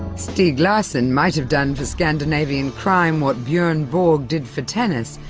stieg larsson might have done for scandinavian crime what bjorn borg did for tennis,